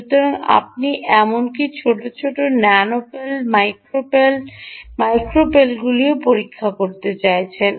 সুতরাং আপনি এমনকি ছোট ছোট ন্যানো পেল্ট বা মাইক্রো পেল্টগুলি মাইক্রো পেল্টগুলিও পরীক্ষা করতে চাইতে পারেন